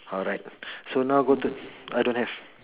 alright so now go to I don't have